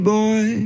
boy